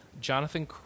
Jonathan